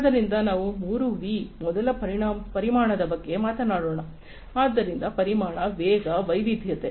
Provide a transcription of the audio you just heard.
ಆದ್ದರಿಂದ ನಾವು 3 ವಿ ಮೊದಲ ಪರಿಮಾಣದ ಬಗ್ಗೆ ಮಾತನಾಡೋಣ ಆದ್ದರಿಂದ ಪರಿಮಾಣ ವೇಗ ವೈವಿಧ್ಯತೆ